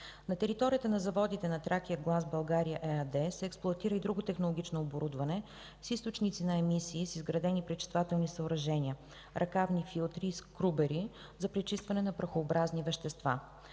На територията на заводите „Тракия глас България” ЕАД се експлоатира и друго технологично оборудване с източници на емисии с изградени пречиствателни съоръжения – ръкавни филтри и скрубери за пречистване на прахообразни вещества.